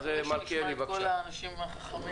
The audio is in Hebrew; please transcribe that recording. אחרי שנשמע את כל האנשים החכמים.